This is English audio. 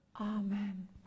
amen